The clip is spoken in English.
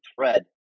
thread